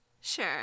Sure